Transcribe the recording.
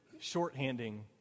shorthanding